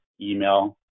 email